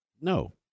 No